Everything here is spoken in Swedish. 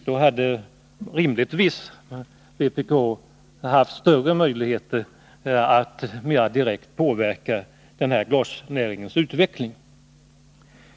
Då hade rimligtvis vpk haft större möjligheter att mera direkt påverka glasnäringens utveckling.